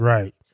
Right